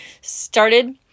started